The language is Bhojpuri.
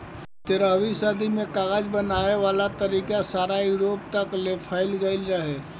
तेरहवीं सदी में कागज बनावे वाला तरीका सारा यूरोप तकले फईल गइल रहे